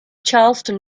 charleston